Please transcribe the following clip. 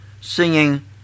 singing